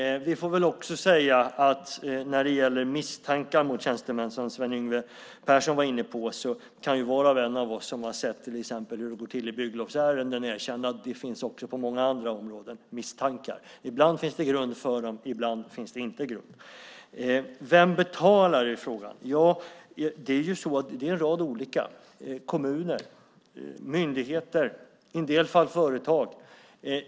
Vi får också säga att när det gäller misstankar mot tjänstemän, som Sven Yngve Persson var inne på, kan var och en av oss som har sett till exempel hur det går till i bygglovsärenden erkänna att misstankar också finns på andra områden. Ibland finns det grund för dessa misstankar, ibland inte. Vem betalar? Det är kommuner, myndigheter, i en del fall företag.